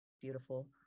Beautiful